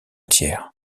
tiers